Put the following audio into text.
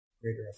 greater